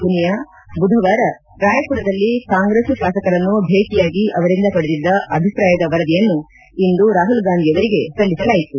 ಪುನಿಯಾ ಬುಧವಾರ ರಾಯಪುರದಲ್ಲಿ ಕಾಂಗ್ರೆಸ್ ಶಾಸಕರನ್ನು ಭೇಟಿಯಾಗಿ ಅವರಿಂದ ಪಡೆದಿದ್ದ ಅಭಿಪ್ರಾಯದ ವರದಿಯನ್ನು ಇಂದು ರಾಹುಲ್ಗಾಂಧಿಯವರಿಗೆ ಸಲ್ಲಿಸಲಾಯಿತು